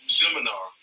seminar